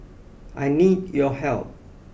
I need your help